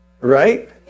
Right